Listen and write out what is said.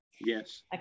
Yes